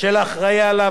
של האחראי לו,